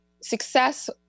success